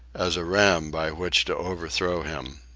as a ram by which to overthrow him.